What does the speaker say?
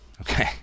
Okay